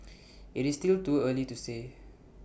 IT is still too early to say